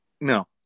no